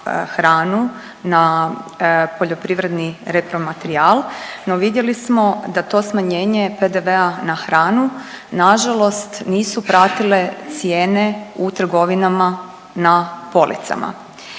hranu, na poljoprivredni repromaterijal, no vidjeli smo da to smanjenje PDV-a na hranu nažalost nisu pratile cijene u trgovinama na policama.